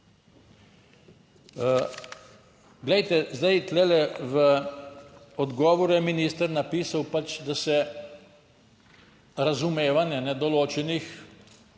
Glejte, zdaj tule v odgovoru je minister napisal pač, da se razumevanje določenih